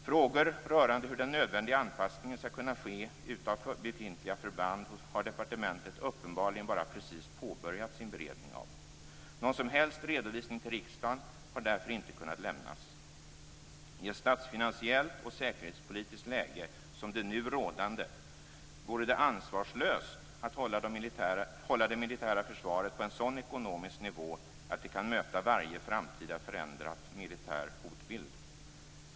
Frågor rörande hur den nödvändiga anpassningen skall kunna ske av befintliga förband har departementet uppenbarligen bara precis påbörjat sin beredning av. Någon som helst redovisning till riksdagen har därför inte kunnat lämnas. I ett statsfinansiellt och säkerhetspolitiskt läge som det nu rådande vore det ansvarslöst att hålla det militära försvaret på en sådan ekonomisk nivå att det kan möta varje framtida förändrad militär hotbild.